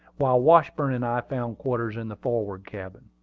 while washburn and i found quarters in the forward cabin.